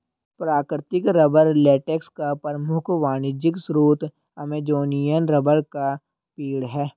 प्राकृतिक rubber latex का प्रमुख वाणिज्यिक स्रोत अमेज़ॅनियन रबर का पेड़ है